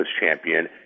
champion